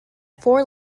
four